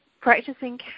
practicing